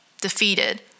defeated